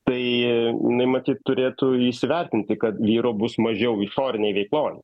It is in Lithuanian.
tai jinai matyt turėtų įsivertinti kad vyro bus mažiau išorinėj veikloj